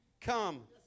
come